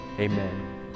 Amen